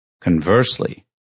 Conversely